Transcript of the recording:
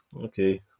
okay